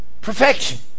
Perfection